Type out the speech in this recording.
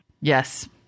yes